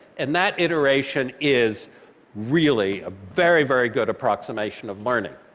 and that iteration is really a very, very good approximation of learning.